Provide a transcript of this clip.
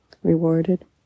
Rewarded